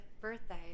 birthday